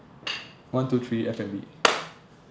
one two three F&B